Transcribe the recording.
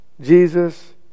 Jesus